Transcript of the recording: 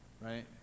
Right